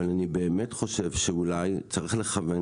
אבל אני באמת חושב שאולי צריך לכוון